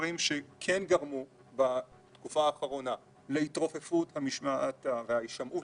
שכן גרמו בתקופה האחרונה להתרופפות המשמעת וההישמעות